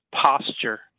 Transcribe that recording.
posture